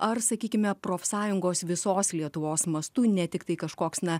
ar sakykime profsąjungos visos lietuvos mastu ne tiktai kažkoks na